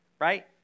Right